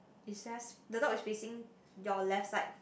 is just the dog is facing your left side